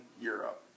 Europe